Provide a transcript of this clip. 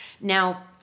Now